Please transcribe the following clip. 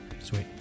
Sweet